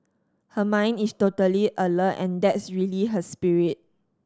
her mind is totally alert and that's really her spirit